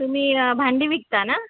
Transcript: तुम्ही भांडी विकता ना